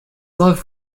love